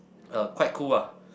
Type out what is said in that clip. uh quite cool lah